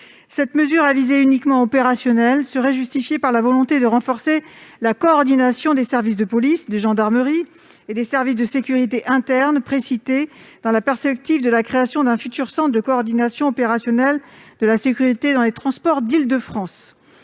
Cette mesure à visée uniquement opérationnelle serait justifiée par la volonté de renforcer la coordination des services de police et de gendarmerie et des services de sécurité internes précités dans la perspective de la création d'un futur centre de coordination opérationnelle de la sécurité dans les transports d'Île-de-France.